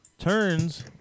Turns